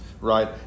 Right